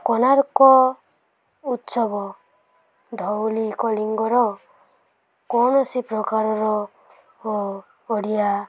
କୋଣାର୍କ ଉତ୍ସବ ଧଉଳି କଳିଙ୍ଗର କୌଣସି ପ୍ରକାରର ଓଡ଼ିଆ